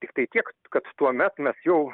tiktai tiek kad tuomet mes jau